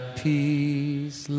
peace